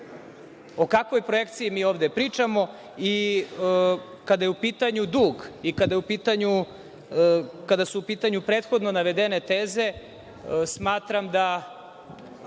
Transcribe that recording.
O kakvoj projekciji mi ovde pričamo? Kada je u pitanju dug i kada su u pitanju prethodno navedene teze, smatram da